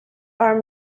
are